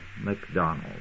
McDonald